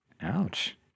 Ouch